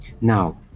Now